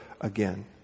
again